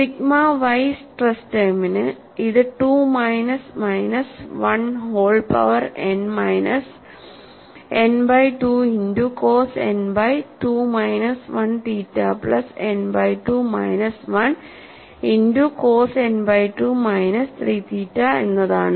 sigma y stress ടേമിന് ഇത് 2 minus minus 1 whole power n minus n by 2 into cos n by 2 minus 1 theta plus n by 2 minus 1 into cos n by 2 minus 3 theta എന്നതാണ്